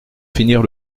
finir